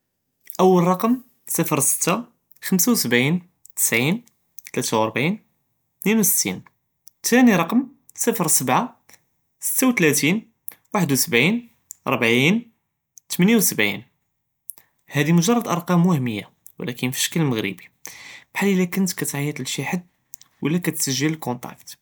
אול רקם צפרא סתה, חמסה ו שבעין תסעין, תלאתה ו רבעין, תנים או סתין, תאני רקם צפרא שבעה סתה ו תלאתין, אחד או שבעין, רבעין תמניה ו שבעין, האדי מוג'רד אקרים ו המיה ו לקין בפשכל מג'רבי, כחאל לה כנתי קתיעט לשי אחד ולה קתסג'ל אלקונטאקט.